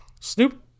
Snoop